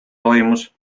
toimus